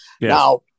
Now